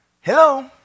Hello